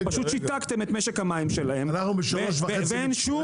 ששיתקתם את משק המים ואין שום מצב,